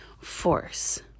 force